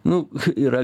nu yra